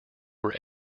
were